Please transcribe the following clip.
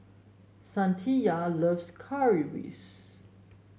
Saniya loves Currywurst